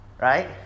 right